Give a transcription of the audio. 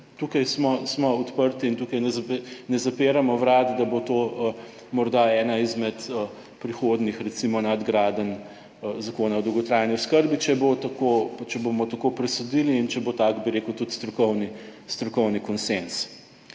smo, smo odprti in tukaj ne zapiramo vrat, da bo to morda ena izmed prihodnjih, recimo nadgradenj Zakona o dolgotrajni oskrbi, če bo tako pa če bomo tako presodili in če bo tak, bi rekel, tudi strokovni,